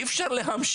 אי אפשר להמשיך.